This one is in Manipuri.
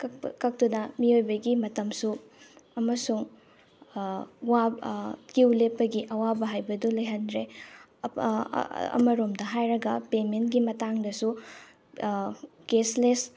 ꯀꯛꯄ ꯀꯛꯇꯨꯅ ꯃꯤꯑꯣꯏꯕꯒꯤ ꯃꯇꯝꯁꯨ ꯑꯃꯁꯨꯡ ꯀ꯭ꯌꯨ ꯂꯦꯞꯄꯒꯤ ꯑꯋꯥꯕ ꯍꯥꯏꯕꯗꯨ ꯂꯩꯍꯟꯗ꯭ꯔꯦ ꯑꯃꯔꯣꯝꯗ ꯍꯥꯏꯔꯒ ꯄꯦꯃꯦꯟꯒꯤ ꯃꯇꯥꯡꯗꯁꯨ ꯀꯦꯁꯂꯦꯁ